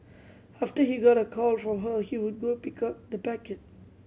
after he got a call from her he would go pick up the packet